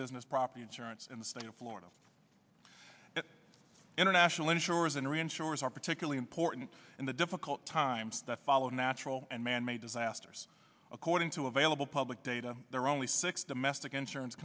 business property insurance in the state of florida international insurers and reinsurers are particularly important in the difficult times that followed natural and manmade disasters according to available public data there are only six domestic insurance